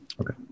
Okay